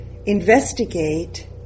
Investigate